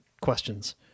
questions